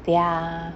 their